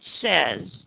says